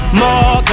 more